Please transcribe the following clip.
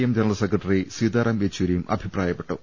M general secretary Sitaram യെച്ചൂരിയും അഭിപ്രായപ്പെട്ടു